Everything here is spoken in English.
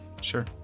Sure